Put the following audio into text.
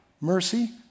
mercy